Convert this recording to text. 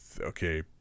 Okay